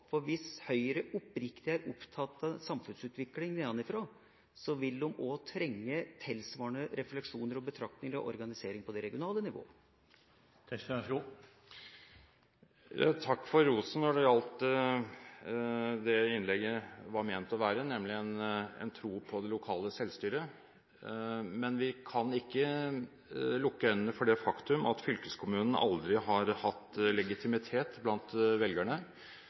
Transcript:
for hvis Høyre oppriktig er opptatt av samfunnsutvikling nedenfra, vil de også trenge tilsvarende refleksjoner og betraktninger om organisering på det regionale nivået. Takk for rosen som gjaldt det som innlegget var ment å være, nemlig en tro på det lokale selvstyret. Men vi kan ikke lukke øynene for det faktum at fylkeskommunen aldri har hatt legitimitet blant velgerne.